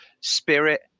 spirit